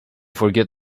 forget